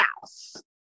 house